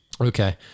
Okay